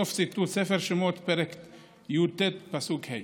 סוף ציטוט, ספר שמות, פרק י"ט, פסוק ה'.